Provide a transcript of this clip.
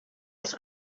els